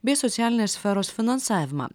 bei socialinės sferos finansavimą